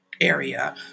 area